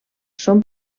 són